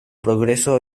progreso